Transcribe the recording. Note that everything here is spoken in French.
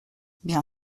bien